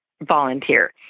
volunteer